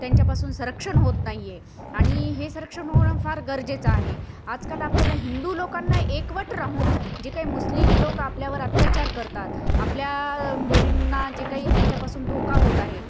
त्यांच्यापासून संरक्षण होत नाही आहे आणि हे संरक्षण होणं फार गरजेचं आहे आजकाल आपल्याला हिंदू लोकांना एकवट राहून जे काही मुस्लिम लोक आपल्यावर अत्याचार करतात आपल्या पोरींना जे काही त्यांच्यापासून धोका होत आहे